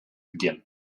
begin